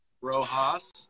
Rojas